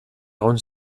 egon